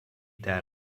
that